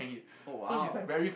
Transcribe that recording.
oh !wow!